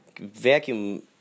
vacuum